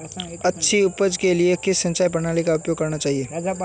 अच्छी उपज के लिए किस सिंचाई प्रणाली का उपयोग करना चाहिए?